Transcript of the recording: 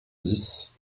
dix